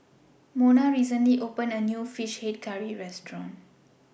Monna recently opened A New Fish Head Curry Restaurant